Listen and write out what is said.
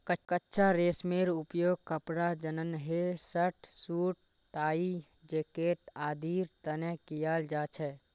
कच्चा रेशमेर उपयोग कपड़ा जंनहे शर्ट, सूट, टाई, जैकेट आदिर तने कियाल जा छे